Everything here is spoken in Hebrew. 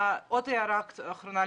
עוד הערה אחרונה.